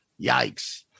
Yikes